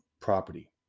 property